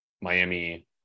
Miami